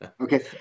Okay